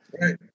Right